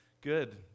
good